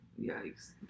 Yikes